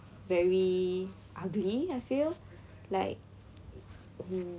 very ugly I feel like mm